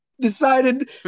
decided